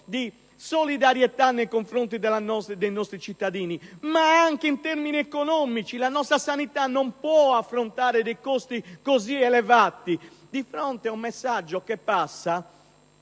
di solidarietà nei confronti nei nostri cittadini, ma anche in termini economici; la nostra sanità non può affrontare costi così elevati a fronte di messaggi